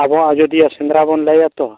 ᱟᱵᱚ ᱟᱡᱚᱫᱤᱭᱟᱹ ᱥᱮᱸᱫᱽᱨᱟ ᱵᱚᱱ ᱞᱟᱹᱭᱟ ᱛᱚ